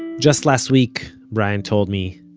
and just last week, brian told me,